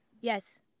Yes